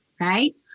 right